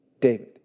David